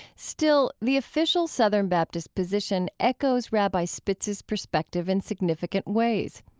still, the official southern baptist position echoes rabbi spitz's perspective in significant ways.